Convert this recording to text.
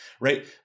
right